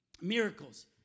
Miracles